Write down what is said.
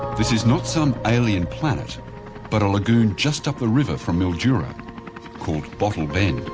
this is not some alien planet but a lagoon just up the river from mildura called bottle bend.